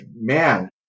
man